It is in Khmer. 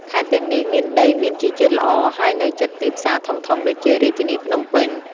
ខេត្តទាំងនេះមានដីមានជីជាតិល្អ ហើយនៅជិតទីផ្សារធំៗដូចជារាជធានីភ្នំពេញ។